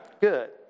Good